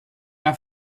half